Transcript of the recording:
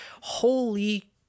holy